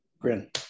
GRIN